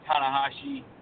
Tanahashi